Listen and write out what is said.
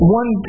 one